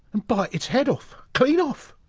bite its head off. clean off.